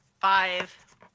Five